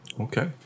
Okay